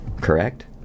correct